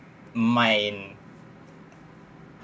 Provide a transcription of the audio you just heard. mine